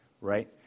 right